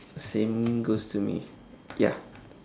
same goes to me ya